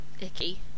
icky